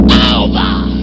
over